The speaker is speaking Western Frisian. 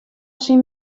syn